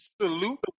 Salute